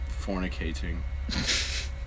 fornicating